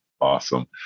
Awesome